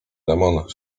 demon